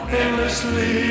endlessly